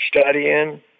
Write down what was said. studying